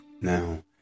Now